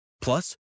Plus